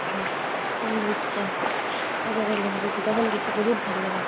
সৌন্দৰ্য সাগৰৰ সৌন্দৰ্য বহুত ভাল লাগে